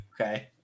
Okay